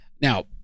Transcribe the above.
now